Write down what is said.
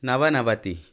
नवनवतिः